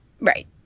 Right